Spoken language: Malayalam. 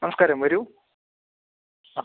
നമസ്കാരം വരൂ ആ